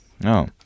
No